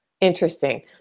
Interesting